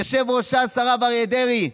יושב-ראש ש"ס הרב אריה דרעי,